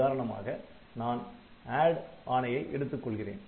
உதாரணமாக நான் ADD ஆணையை எடுத்துக்கொள்கிறேன்